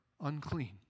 Unclean